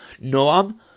Noam